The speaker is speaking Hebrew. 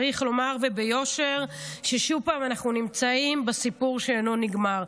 צריך לומר וביושר ששוב פעם אנחנו נמצאים בסיפור שאינו נגמר.